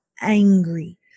angry